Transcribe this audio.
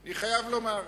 אני חייב לומר.